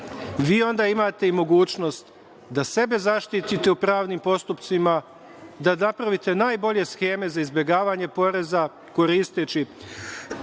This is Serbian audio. vi onda imate i mogućnost da sebe zaštite u pravnim postupcima, da napravite najbolje šeme za izbegavanje poreza koristeći